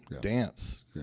dance